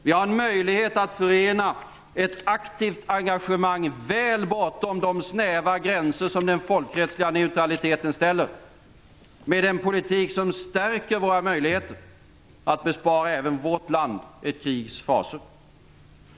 Vi har en möjlighet att förena ett aktivt engagemang väl bortom de snäva gränser som den folkrättsliga neutraliteten ställer med en politik som stärker våra möjligheter att bespara även vårt land ett krigs fasor.